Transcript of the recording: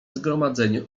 zgromadzenie